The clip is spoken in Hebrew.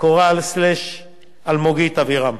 וקורל אלמוגית אבירם.